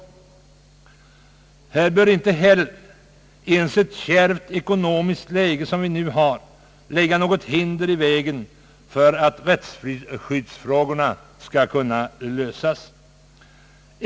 Härvidlag bör inte ens ett kärvt ekonomiskt läge som det vi nu har få lägga hinder i vägen.